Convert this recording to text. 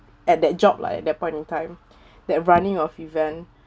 at that job lah at that point in time that running of event